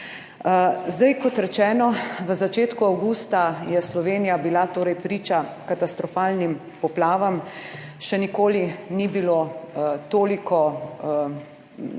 Zdaj kot rečeno v začetku avgusta je Slovenija bila torej priča katastrofalnim poplavam. Še nikoli ni bilo toliko